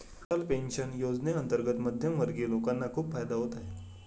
Atal pension योजनेअंतर्गत मध्यमवर्गीय लोकांना खूप फायदा होत आहे